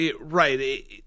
right